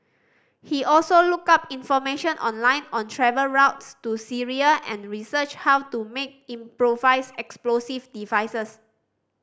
he also looked up information online on travel routes to Syria and researched how to make improvised explosive devices